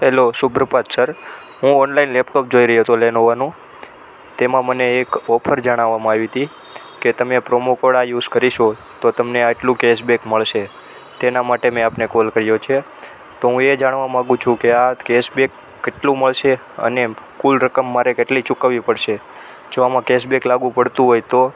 hello સુપ્રભાત sir હું online laptop જોઈ રહ્યો હતો લેનોવોનું તેમાં મને એક ઓફર જણાવવામાં આવી હતી કે તમે પ્રોમો કોડ આ યુસ કરશો તો તમને આટલું કેશબેક મળશે તેના માટે મેં આપને કોલ કર્યો છે તો હું એ જાણવા માંગુ છું કે આ કેશબેક કેટલું મળશે અને એમાં કુલ રકમ મારે કેટલી ચૂકવવી પડશે જો આમાં કેશબેક લાગુ પડતું હોય તો